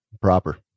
proper